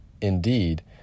Indeed